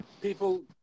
People